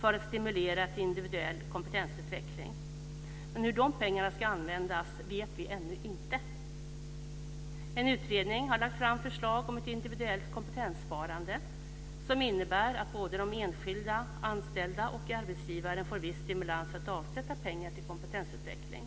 för att stimulera till individuell kompetensutveckling. Men hur de pengarna ska användas vet vi ännu inte. En utredning har lagt fram förslag om ett individuellt kompetenssparande som innebär att både de enskilda anställda och arbetsgivaren får viss stimulans att avsätta pengar till kompetensutveckling.